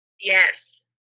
Yes